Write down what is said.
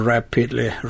Rapidly